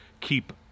keep